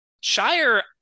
Shire